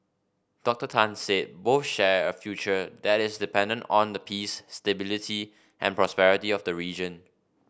Doctor Tan said both share a future that is dependent on the peace stability and prosperity of the region